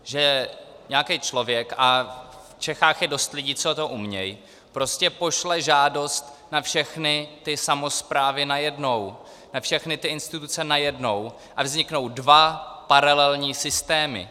Že nějaký člověk, a v Čechách je dost lidí, co to umějí, prostě pošle žádost na všechny ty samosprávy najednou, na všechny instituce najednou, a vzniknou dva paralelní systémy.